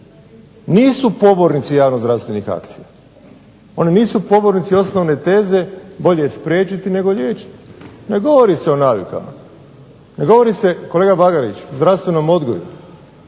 nisu pobornici javno zdravstvenih akcija. Oni nisu pobornici osnovne teze "Bolje je spriječiti nego liječiti". Ne govori se o navikama, ne govori se kolega Bagarić o zdravstvenom odgoju,